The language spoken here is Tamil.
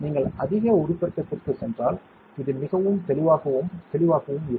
நீங்கள் அதிக உருப்பெருக்கத்திற்குச் சென்றால் இது மிகவும் தெளிவாகவும் தெளிவாகவும் இருக்கும்